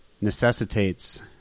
necessitates